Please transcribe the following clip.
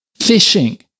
fishing